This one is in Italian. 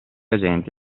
agenti